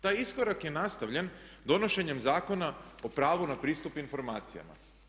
Taj iskorak je nastavljen donošenjem Zakona o pravu na pristup informacijama.